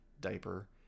diaper